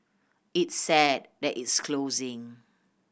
it's sad that it's closing